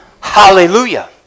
Hallelujah